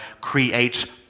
creates